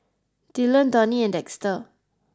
Dylon Donie and Dexter